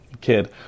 Kid